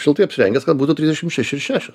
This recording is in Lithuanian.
šiltai apsirengęs kad būtų trisdešim šeši ir šešios